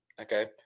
okay